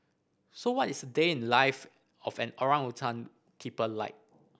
so what is a day in the life of an orangutan keeper like